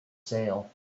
sale